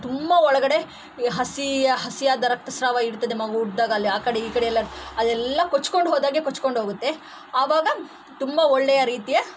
ತುಂಬ ಒಳಗಡೆ ಈ ಹಸಿ ಹಸಿಯಾದ ರಕ್ತ ಸ್ರಾವ ಇರ್ತದೆ ಮಗು ಹುಟ್ಟಿದಾಗ ಅಲ್ಲಿ ಆ ಕಡೆ ಈ ಕಡೆ ಎಲ್ಲ ಅದೆಲ್ಲ ಕೊಚ್ಕೊಂಡು ಹೋದಾಗೆ ಕೊಚ್ಕೊಂಡು ಹೋಗುತ್ತೆ ಆವಾಗ ತುಂಬ ಒಳ್ಳೆಯ ರೀತಿಯ